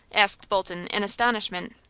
asked bolton, in astonishment.